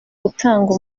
gutanga